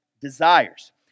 desires